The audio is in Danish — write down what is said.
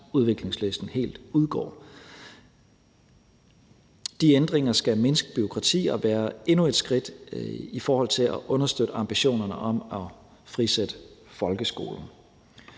udviklingsliste helt udgår. De ændringer skal mindske bureaukrati og være endnu et skridt i forhold til at understøtte ambitionerne om at frisætte folkeskolen.